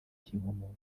cy’inkomoko